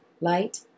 light